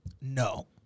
No